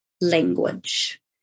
language